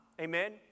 Amen